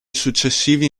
successivi